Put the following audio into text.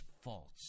false